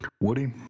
Woody